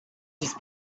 just